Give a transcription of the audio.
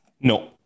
No